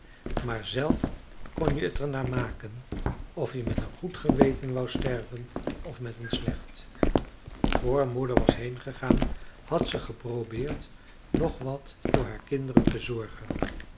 maar zelf kon je t er na maken of je met een goed geweten wou sterven of met een slecht vr moeder was heengegaan had ze geprobeerd nog wat voor haar kinderen te zorgen